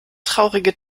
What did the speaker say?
traurige